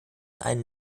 einem